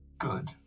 good